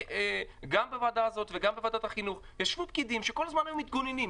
גם בוועדה הזאת וגם בוועדת החינוך ישבו פקידים שכל הזמן היו מתגוננים,